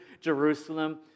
Jerusalem